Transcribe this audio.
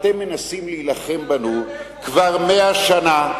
אתם מנסים להילחם בנו כבר 100 שנה,